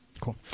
Cool